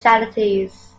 charities